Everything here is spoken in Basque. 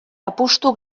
apustu